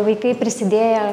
vaikai prisidėję